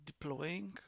deploying